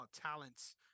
talents